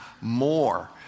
more